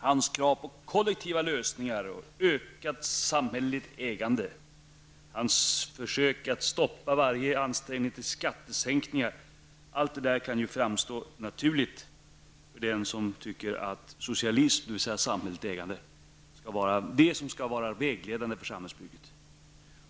Hans krav på kollektiva lösningar och ökat samhälleligt ägande, hans försök att stoppa varje ansträngning till skattesänkningar, allt detta kan framstå som naturligt för den som anser att socialism, dvs. samhälleligt ägande, skall vara vägledande för samhällsbygget.